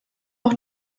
auch